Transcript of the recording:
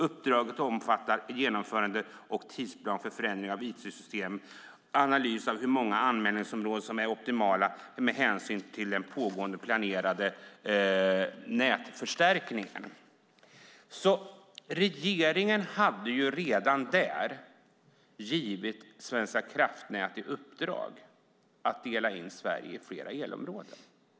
Uppdraget omfattar genomförande och tidsplan för förändringar av IT-system, analys av hur många anmälningsområden som är optimala med hänsyn till pågående och planerade nätförstärkningar." Regeringen hade redan där givit Svenska kraftnät i uppdrag att dela in Sverige i flera elområden.